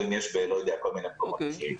או אם יש בכל מיני מקומות אחרים.